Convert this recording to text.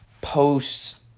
posts